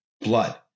blood